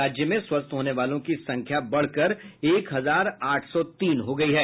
राज्य में स्वस्थ होने वालों की संख्या बढ़कर एक हजार आठ सौ तीन हो गयी है